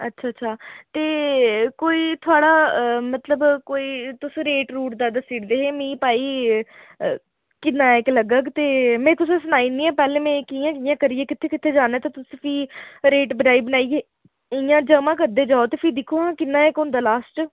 अच्छा अच्छा ते कोई थुआढ़ा मतलब कोई तुस रेट रूट दा दस्सी ओड़दे हे मी भाई किन्ना क लग्गग ते में तुसें ई सनान्नी आं पैह्लें ते में कि'यां कि'यां करियै कुत्थै कुत्थै जाना ऐ तुस फ्ही रेट बनाई बनाइयै इयां जमा करदे जाओ ते फ्ही दिक्खो आं किन्ना क होंदा ऐ लास्ट